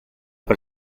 per